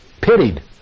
pitied